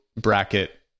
bracket